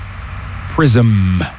Prism